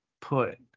put